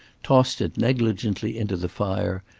tossed it negligently into the fire,